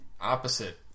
opposite